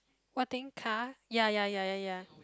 what thing car ya ya ya ya ya